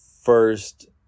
first